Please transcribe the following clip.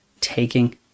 taking